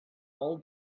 all